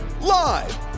Live